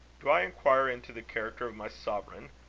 do i inquire into the character of my sovereign?